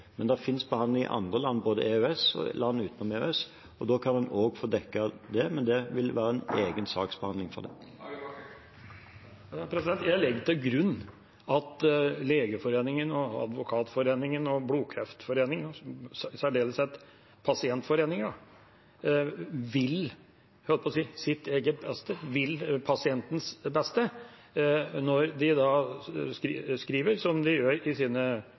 men det finnes behandling i andre land, både EØS-land og land utenom EØS. Da kan man også få dekket det, men det vil være en egen saksbehandling for det. Jeg legger til grunn at Legeforeningen, Advokatforeningen, Blodkreftforeningen og i særdeleshet Pasientforeningen vil – jeg holdt på å si –sitt eget beste, vil pasientens beste når de skriver som de gjør i sine